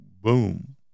boom